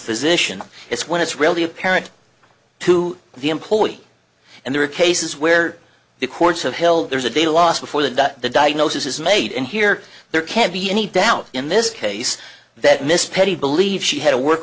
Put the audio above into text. physician it's when it's really apparent to the employee and there are cases where the courts have held there's a day lost before the day the diagnosis is made and here there can't be any doubt in this case that miss patty believes she had a work